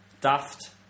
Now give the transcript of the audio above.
Daft